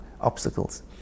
obstacles